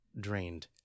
drained